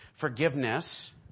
forgiveness